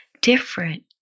different